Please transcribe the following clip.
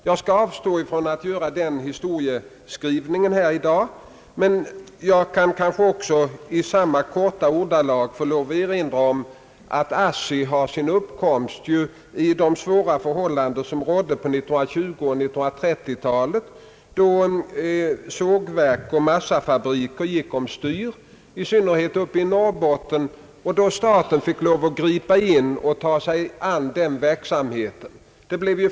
Jag skall som sagt avstå från att göra den historieskrivningen i dag, men jag får kanske lika kort erinra om att ASSI tillkom på grund av de svåra förhållanden som rådde under 1920 och 1930 talen, då sågverk och massafabriker gick över styr i synnerhet uppe i Norrbotten och då staten måste gripa in och sätta i gång verksamhet.